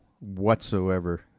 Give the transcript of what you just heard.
whatsoever